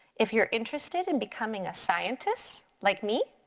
if you're interested in becoming a scientist like me,